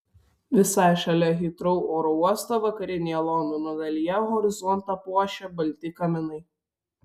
visai šalia hitrou oro uosto vakarinėje londono dalyje horizontą puošia balti kaminai